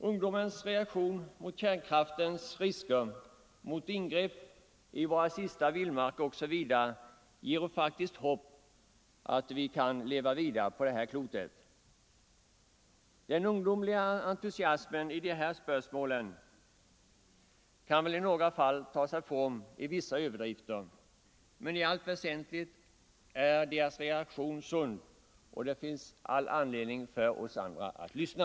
Ungdomens reaktion mot kärnkraftens risker, mot ingrepp i = Allmänpolitisk våra sista vildmarker osv. ger oss faktiskt hopp om att kunna leva vidare debatt på det här klotet. Den ungdomliga entusiasmen i de här spörsmålen kan väl i några fall ta sig uttryck i vissa överdrifter, man i allt väsentligt är ungdomens reaktion sund, och det finns all anledning för oss andra att lyssna.